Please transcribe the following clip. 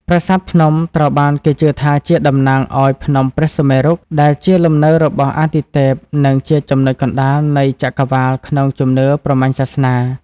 ប្រាសាទភ្នំត្រូវបានគេជឿថាជាតំណាងឱ្យ ភ្នំព្រះសុមេរុ ដែលជាលំនៅរបស់អាទិទេព និងជាចំណុចកណ្តាលនៃចក្រវាឡក្នុងជំនឿព្រហ្មញ្ញសាសនា។